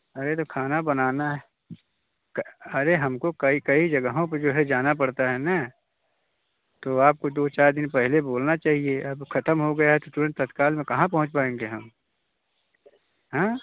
अरे तो खाना बनाना है क अरे हमको कई कई जगहों पर जो है जाना पड़ता है ना तो आपको दो चार दिन पहले बोलना चाहिए अब ख़त्म हो गया है तो तुरंत तत्काल में कहाँ पहुँच पाएँगे हम हाँ